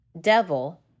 devil